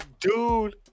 Dude